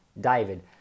David